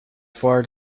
far